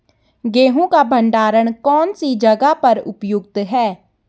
गेहूँ का भंडारण कौन सी जगह पर उपयुक्त है?